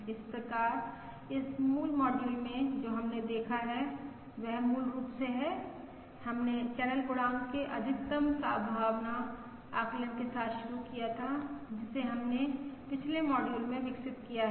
इस प्रकार इस मूल मॉड्यूल में जो हमने देखा है वह मूल रूप से है हमने चैनल गुणांक के अधिकतम संभावना आकलन के साथ शुरू किया था जिसे हमने पिछले मॉड्यूल में विकसित किया है